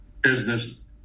business